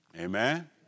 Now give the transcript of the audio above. Amen